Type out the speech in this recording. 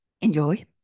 Enjoy